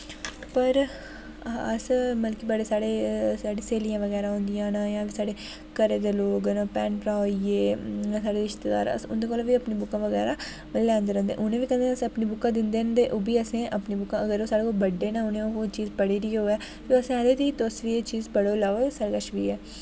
पर अस मतलब कि बड़े साढ़े सेह्लियां बगैरा होंदियां न जां साढ़ै घरै दे लोक न भैंन भ्रा होई गे साढ़े रिश्तेदार उंदे कोलां बी अपनी बुक बगैरा लैंदे रौह्ंदे उनें बी कदे अस अपनी बुकां दिंदे न ओह्बी असेंगी अपनी बुकां अगर ओह् साढ़े कोलां बड्डे न उनें चीज पढ़ी दी होऐ असेंगी आखदे तुस बी एह् चीज पढ़ो लाओ साढ़े कच्छ वी ऐ